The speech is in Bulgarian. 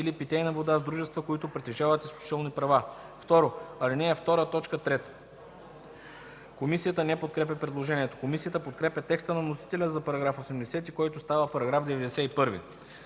или питейна вода с дружества, които притежават изключителни права; 2. ал. 2, т. 3.” Комисията не подкрепя предложението. Комисията подкрепя текста на вносителя за § 80, който става § 91.